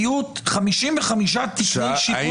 55 תקני שיפוט.